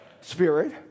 spirit